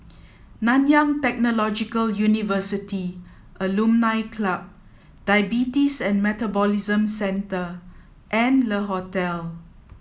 Nanyang Technological University Alumni Club Diabetes and Metabolism Centre and Le Hotel